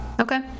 Okay